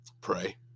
Pray